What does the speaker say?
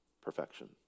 perfection